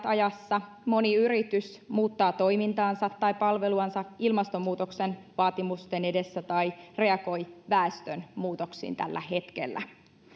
ajassa moni yritys muuttaa toimintaansa tai palveluansa ilmastonmuutoksen vaatimusten edessä tai reagoi väestön muutoksiin tällä hetkellä